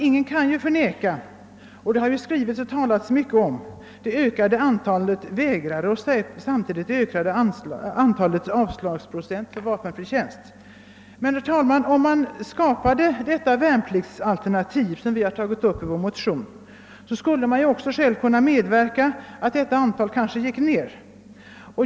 Ingen kan förneka att det förekommer ett ökat antal värnpliktsvägrare — det har talats och skrivits mycket om detta — samtidigt som avslagsprocenten för ansökningar om vapenfri tjänst stigit. Ett införande av det värnpliktsalternativ, som vi föreslår i vårt motionspar, skulle emellertid kunna medverka till en annan utveckling.